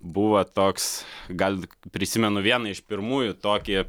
buvo toks gal prisimenu vieną iš pirmųjų tokį